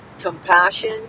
compassion